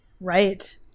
right